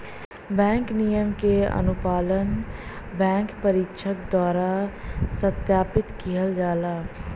bank नियम क अनुपालन बैंक परीक्षक द्वारा सत्यापित किहल जाला